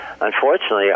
unfortunately